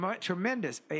tremendous